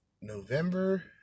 November